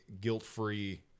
guilt-free